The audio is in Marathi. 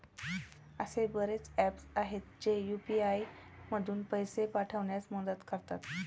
असे बरेच ऍप्स आहेत, जे यू.पी.आय मधून पैसे पाठविण्यास मदत करतात